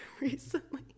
recently